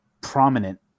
prominent